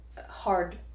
hard